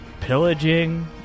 pillaging